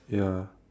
ya